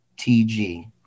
TG